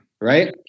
right